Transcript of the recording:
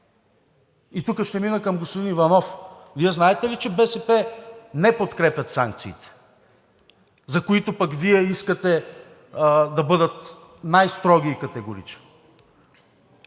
И тука ще мина към господин Иванов. Вие знаете ли, че БСП не подкрепят санкциите, за които пък Вие искате да бъдат най-строги и категорични?